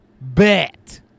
bet